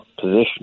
position